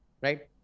right